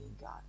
god